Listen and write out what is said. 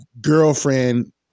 girlfriend